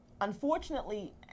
unfortunately